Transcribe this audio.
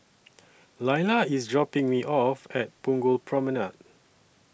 Lilah IS dropping Me off At Punggol Promenade